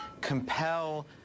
compel